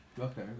Okay